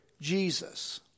Jesus